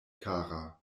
kara